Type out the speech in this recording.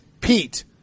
Pete